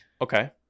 Okay